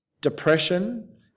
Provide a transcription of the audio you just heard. depression